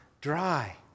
dry